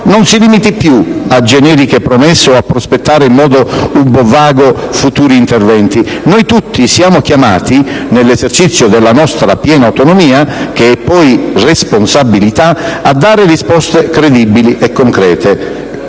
non si limiti più a generiche promesse o a prospettare in modo vago futuri interventi. Noi tutti siamo chiamati - nell'esercizio della nostra piena autonomia, che è poi responsabilità - a dare risposte credibili e concrete